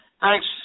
Thanks